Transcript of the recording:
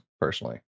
Personally